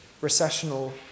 recessional